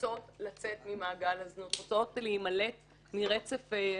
רוצות לצאת ממעגל הזנות, רוצות להימלט מרצף הזנות.